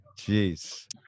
Jeez